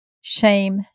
Shame